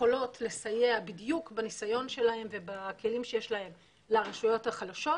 יכולות לסייע בדיוק בניסיון שלהן ובכלים שיש להן לרשויות החלשות,